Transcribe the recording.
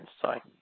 Sorry